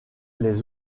les